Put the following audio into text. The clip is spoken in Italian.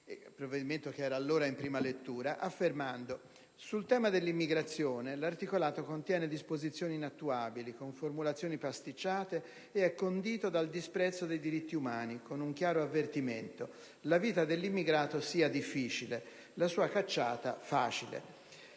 il voto di fiducia, che era allora in prima lettura, affermando che sul tema dell'immigrazione l'articolato contiene disposizioni inattuabili, con formulazioni pasticciate ed è condito dal disprezzo dei diritti umani, con un chiaro avvertimento: la vita dell'immigrato sia difficile, la sua cacciata facile.